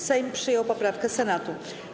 Sejm przyjął poprawkę Senatu.